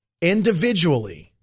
individually